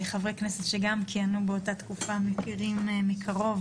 חברי כנסת שגם כיהנו באותה תקופה מכירים מקרוב,